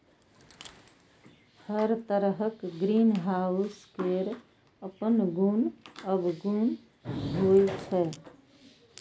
हर तरहक ग्रीनहाउस केर अपन गुण अवगुण होइ छै